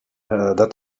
that